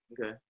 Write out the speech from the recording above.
Okay